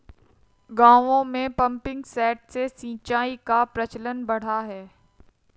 गाँवों में pumping set से सिंचाई का प्रचलन बढ़ा है